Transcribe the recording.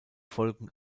folgen